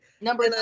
number